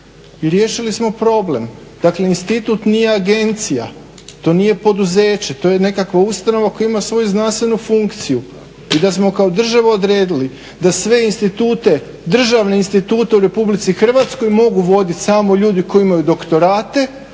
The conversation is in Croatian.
i riješili smo problem. Dakle, institut nije agencija, to nije poduzeće. To je nekakva ustanova koja ima svoju znanstvenu funkciju i da smo kao država odredili da sve institute, državne institute u Republici Hrvatskoj mogu voditi samo ljudi koji imaju doktorate